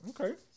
Okay